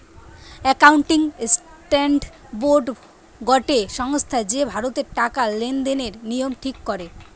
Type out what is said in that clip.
accounting standard board গটে সংস্থা যে ভারতের টাকা লেনদেনের নিয়ম ঠিক করে